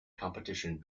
competition